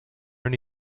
only